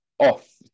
off